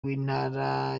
w’intara